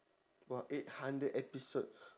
!wah! eight hundred episode